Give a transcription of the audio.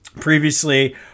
previously